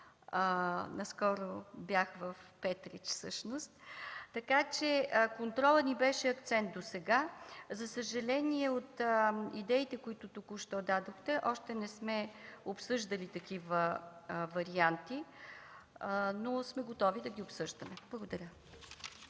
Наскоро бях в Петрич. Така че контролът ни беше акцент досега. За съжаление от идеите, които току-що дадохте, още не сме обсъждали такива варианти, но сме готови да ги обсъждаме. Благодаря.